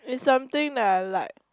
it's something that I like